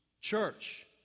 Church